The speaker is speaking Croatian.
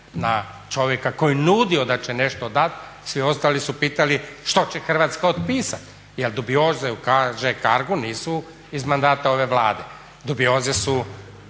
na čovjeka koji je nudio da će nešto dat, svi ostali su pitali što će Hrvatska otpisati jer dubioze u HŽ-Cargu nisu iz mandata ove Vlade, dubioze su